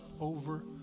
over